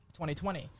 2020